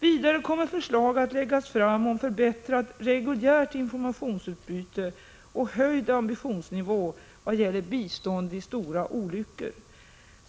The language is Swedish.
Vidare kommer förslag att läggas fram om ett förbättrat reguljärt informationsutbyte och en höjd ambitionsnivå vad gäller bistånd vid stora olyckor.